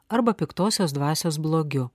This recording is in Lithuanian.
arba piktosios dvasios blogiu